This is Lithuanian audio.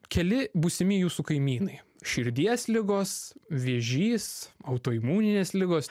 keli būsimi jūsų kaimynai širdies ligos vėžys autoimuninės ligos